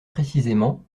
précisément